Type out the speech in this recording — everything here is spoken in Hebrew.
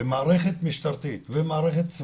ומערכת משטרתית ומערכת צבאית,